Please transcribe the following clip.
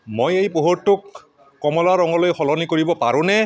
মই এই পোহৰটোক কমলা ৰঙলৈ সলনি কৰিব পাৰোঁনে